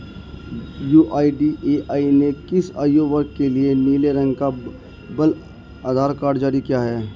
UIDAI ने किस आयु वर्ग के लिए नीले रंग का बाल आधार कार्ड जारी किया है?